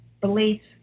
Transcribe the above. beliefs